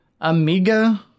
Amiga